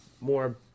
more